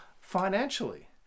financially